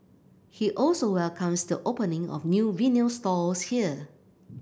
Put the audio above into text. he also welcomes the opening of new vinyl stores here